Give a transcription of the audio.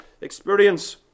experience